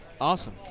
awesome